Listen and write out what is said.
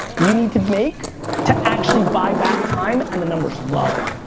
you need to make to actually buy back time and the number is low.